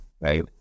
right